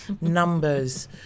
numbers